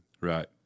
right